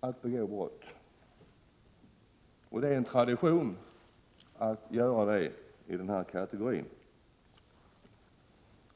att begå brott. Detta är en tradition inom den här kategorin.